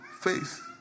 faith